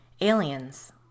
aliens